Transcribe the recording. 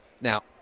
Now